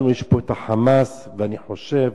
לנו יש פה ה"חמאס", ואני חושב